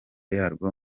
yarwo